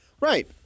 Right